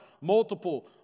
multiple